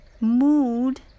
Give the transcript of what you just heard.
mood